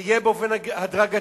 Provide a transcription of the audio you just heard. זה יהיה באופן הדרגתי.